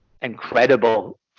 incredible